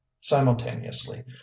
simultaneously